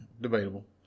Debatable